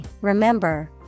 remember